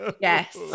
Yes